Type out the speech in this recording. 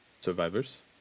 survivors